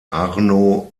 arno